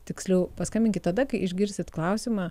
tiksliau paskambinkit tada kai išgirsit klausimą